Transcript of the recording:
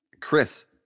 Chris